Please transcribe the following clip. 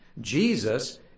Jesus